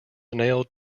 nailed